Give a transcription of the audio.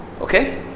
Okay